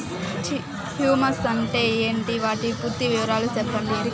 Humus అంటే ఏంటి? వాటి పూర్తి వివరాలు సెప్పండి?